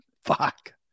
Fuck